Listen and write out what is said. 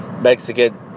Mexican